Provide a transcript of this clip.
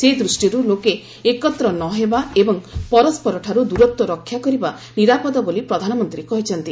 ସେ ଦୂଷ୍ଟିରୁ ଲୋକେ ଏକତ୍ର ନ ହେବା ଏବଂ ପରସ୍କରଠାରୁ ଦୂରତ୍ୱ ରକ୍ଷା କରିବା ନିରାପଦ ବୋଲି ପ୍ରଧାନମନ୍ତ୍ରୀ କହିଛନ୍ତି